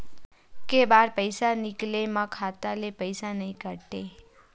के बार पईसा निकले मा खाता ले पईसा नई काटे?